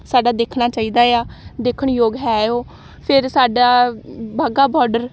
ਸਾਡਾ ਦੇਖਣਾ ਚਾਹੀਦਾ ਆ ਦੇਖਣਯੋਗ ਹੈ ਉਹ ਫਿਰ ਸਾਡਾ ਵਾਹਗਾ ਬੋਰਡਰ